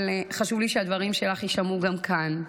אבל חשוב לי שהדברים שלך יישמעו גם כאן: